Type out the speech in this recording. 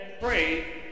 pray